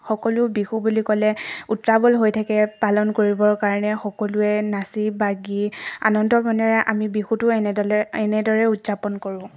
সকলো বিহু বুলি ক'লে উত্ৰাৱল হৈ থাকে পালন কৰিবৰ কাৰণে সকলোৱে নাচি বাগি আনন্দ মনেৰে আমি বিহুতো এনেদলে এনেদৰে উদযাপন কৰোঁ